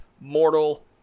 mortal